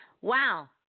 Wow